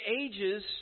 ages